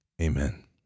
Amen